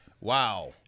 wow